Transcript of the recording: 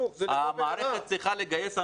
המערכת צריכה לגייס אנשים.